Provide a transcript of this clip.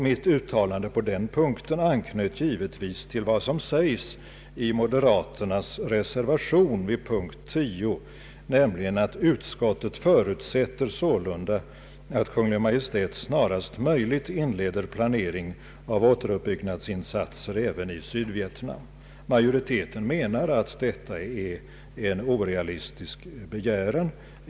Mitt uttalande om detta anknöt givetvis till vad som sägs i moderata samlingspartiets reservation vid punkten 10, nämligen att ”Utskottet förutsätter sålunda att Kungl. Maj:t snarast möjligt inleder planering av återuppbyggnadsinsatser även i Sydvietnam”. Majoriteten menar att detta är en orealistisk begäran.